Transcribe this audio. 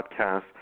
podcast